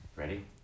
Ready